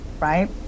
right